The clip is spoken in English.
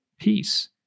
peace